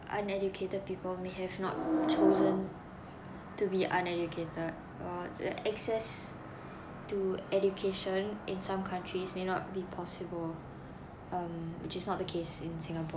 uneducated people may have not chosen to be uneducated well the access to education in some countries may not be possible um which is not the case in singapore